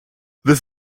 this